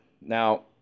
Now